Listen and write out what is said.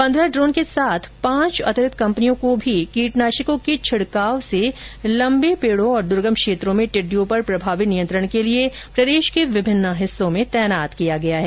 पंद्रह ड्रोन के साथ पांच अतिरिक्त कंपनियों को भी कीटनाशकों के छिड़काव से लंबे पेड़ों और द्र्गम क्षेत्रों में टिड़िडयों पर प्रभावी नियंत्रण के लिए प्रदेश के विभिन्न हिस्सों मं तैनात किया गया है